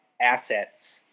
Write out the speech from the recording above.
assets